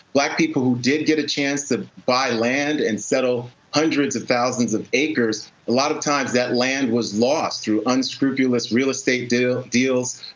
black people who did get a chance to buy land and settle hundreds of thousands of acres, a lot of times, that land was lost through unscrupulous real estate deals.